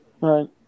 Right